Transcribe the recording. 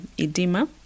edema